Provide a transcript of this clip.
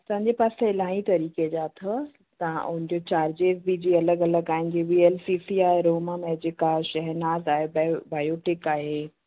असांजे पास त इलाही तरीक़े जा अथव तव्हां उन जो चार्जिस बि जीअं अलॻि अलॻि आहिनि जीअं वी एल सी सी आहे अरोमा मैजिक आहे शहनाज आहे बायो बायोटेक आहे